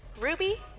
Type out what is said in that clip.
Ruby